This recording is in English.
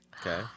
Okay